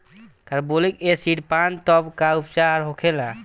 Carbolic acid पान तब का उपचार होखेला?